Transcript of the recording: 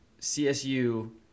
CSU